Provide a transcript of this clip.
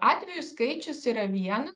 atvejų skaičius yra viena